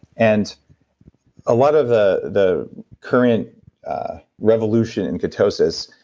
and a lot of the the current revolution in ketosis,